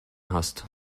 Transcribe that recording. hast